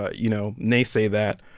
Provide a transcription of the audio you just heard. ah you know, naysay that.